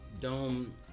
Dome